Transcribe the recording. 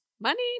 Money